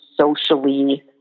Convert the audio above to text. socially